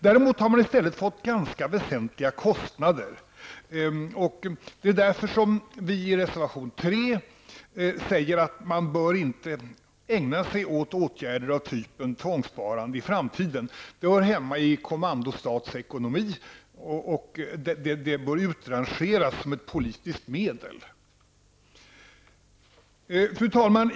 Däremot har man i stället fått ganska väsentliga kostnader. Det är därför som vi i reservation 3 säger att man inte bör ägna sig åt åtgärder av typen tvångssparande i framtiden. Det hör hemma i en commandostatekonomi, och det bör utrangeras som ett politiskt medel. Fru talman!